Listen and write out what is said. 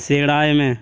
ᱥᱮᱬᱟᱭ ᱢᱮ